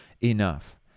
enough